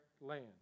land